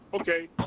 okay